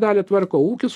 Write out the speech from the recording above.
dalį tvarko ūkis